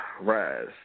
Rise